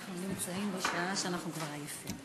אנחנו בשעה שאנחנו כבר עייפים, אז זה בסדר.